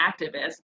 activist